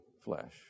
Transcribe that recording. flesh